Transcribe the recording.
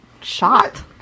Shot